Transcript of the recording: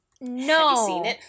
No